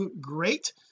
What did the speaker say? great